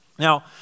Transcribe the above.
Now